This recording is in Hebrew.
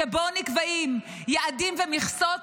שבו נקבעים יעדים ומכסות,